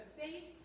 safe